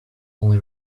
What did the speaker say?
only